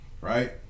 right